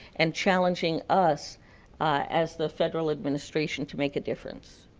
and challenging us as the federal administration to make a difference.